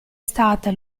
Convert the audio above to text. stata